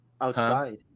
outside